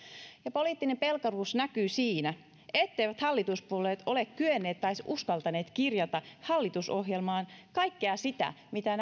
poliittinen pelkuruus näkyy siinä etteivät hallituspuolueet ole kyenneet tai uskaltaneet kirjata hallitusohjelmaan kaikkea sitä mitä